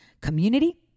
community